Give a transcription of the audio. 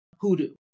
Hoodoo